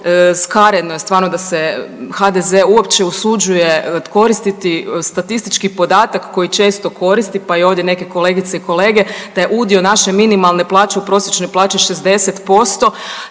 Skaredno je stvarno da se HDZ uopće usuđuje koristiti statistički podatak koji često koristi, pa i ovdje neke kolegice i kolege da je udio naše minimalne plaće u prosječnoj plaći 60%.